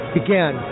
began